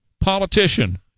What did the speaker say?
politician